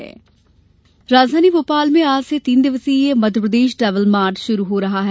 travel mart राजधानी भोपाल में आज से तीन दिवसीय मध्यप्रदेश ट्रेवल मार्ट शुरू हो रहा है